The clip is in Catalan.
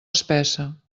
espessa